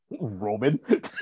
Roman